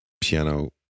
piano